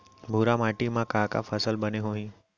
भूरा माटी मा का का फसल बने होही?